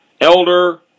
elder